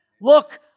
Look